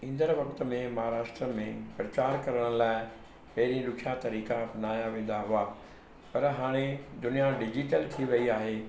ईंदड़ वक़्ति में महाराष्ट्र में प्रचार करण लाइ पहिरी ॾुखिया तरीक़ा अपनाया वेंदा हुआ पर हाणे दुनिया डिजिटल थी वयी आहे